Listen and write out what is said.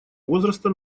возраста